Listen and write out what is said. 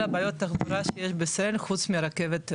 בעיות התחבורה שיש בישראל חוץ מהרכבת התחתית,